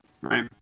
right